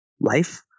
life